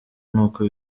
n’uko